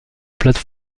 plate